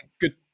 good